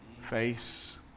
face